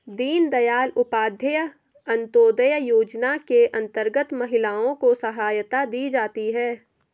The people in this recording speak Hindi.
दीनदयाल उपाध्याय अंतोदय योजना के अंतर्गत महिलाओं को सहायता दी जाती है